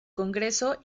congreso